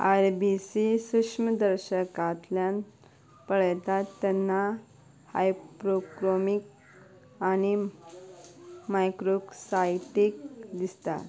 R B C सूक्ष्मदर्शकांतल्यान पळयतात तेन्ना हायपोक्रॉमिक आनी मायक्रोसायटिक दिसतात